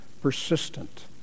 persistent